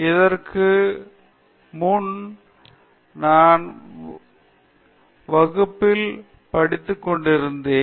இதற்கு முன்பாக நான் வகுப்பில் படித்துக்கொண்டிருந்தேன்